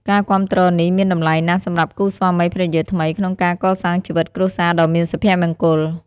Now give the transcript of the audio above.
ការគាំទ្រនេះមានតម្លៃណាស់សម្រាប់គូស្វាមីភរិយាថ្មីក្នុងការកសាងជីវិតគ្រួសារដ៏មានសុភមង្គល។